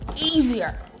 easier